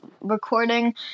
recording